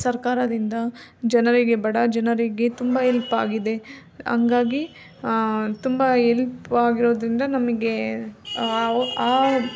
ಸರ್ಕಾರದಿಂದ ಜನರಿಗೆ ಬಡ ಜನರಿಗೆ ತುಂಬ ಎಲ್ಪ್ ಆಗಿದೆ ಹಂಗಾಗಿ ತುಂಬ ಎಲ್ಪ್ ಆಗಿರೋದರಿಂದ ನಮಗೆ ಆ